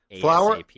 Flower